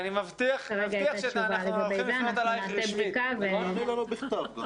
אנחנו נעשה בדיקה ונוכל להתייחס.